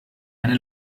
eine